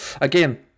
again